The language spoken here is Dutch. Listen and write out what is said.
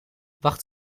wacht